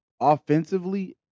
Offensively